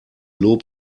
lob